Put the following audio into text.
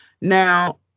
Now